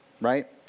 right